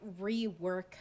rework